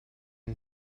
and